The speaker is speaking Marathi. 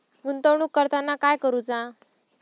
गुंतवणूक करताना काय करुचा?